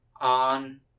On